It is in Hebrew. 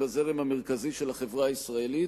לזרם המרכזי של החברה הישראלית,